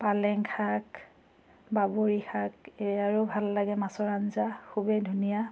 পালেং শাক বাবৰি শাক এয়াৰো ভাল লাগে মাছৰ আঞ্জা খুবেই ধুনীয়া